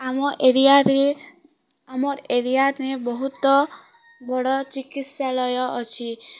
ଆମ ଏରିଆରେ ଆମ ଏରିଆନେ ବହୁତ ବଡ଼ ଚିକିତ୍ସାଳୟ ଅଛି